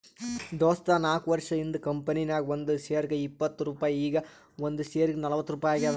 ದೋಸ್ತ ನಾಕ್ವರ್ಷ ಹಿಂದ್ ಕಂಪನಿ ನಾಗ್ ಒಂದ್ ಶೇರ್ಗ ಇಪ್ಪತ್ ರುಪಾಯಿ ಈಗ್ ಒಂದ್ ಶೇರ್ಗ ನಲ್ವತ್ ರುಪಾಯಿ ಆಗ್ಯಾದ್